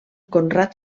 conrad